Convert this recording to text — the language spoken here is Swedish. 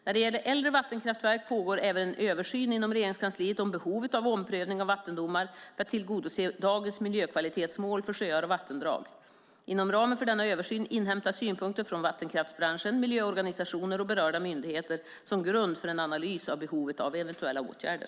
När det gäller äldre vattenkraftverk pågår även en översyn inom Regeringskansliet om behovet av omprövning av vattendomar för att tillgodose dagens miljökvalitetsmål för sjöar och vattendrag. Inom ramen för denna översyn inhämtas synpunkter från vattenkraftsbranschen, miljöorganisationer och berörda myndigheter som grund för en analys av behovet av eventuella åtgärder.